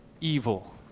evil